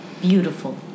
Beautiful